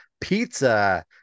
Pizza